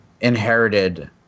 inherited